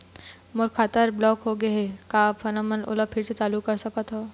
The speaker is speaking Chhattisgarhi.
मोर खाता हर ब्लॉक होथे गिस हे, का आप हमन ओला फिर से चालू कर सकत हावे?